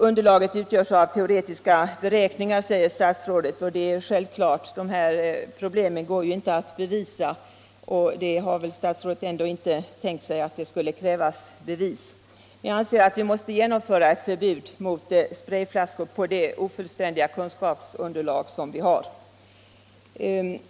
Underlaget för en bedömning utgörs av teoretiska beräkningar, säger statsrådet. och det är självklart. De här sakerna går det inte att bevisa. Statsrådet har väl ändå inte tänkt sig att det skulle krävas bevis. Jag anser att vi måste genomföra ett förbud mot sprayflaskor på det ofullständiga kunskapsunderlag som vi har.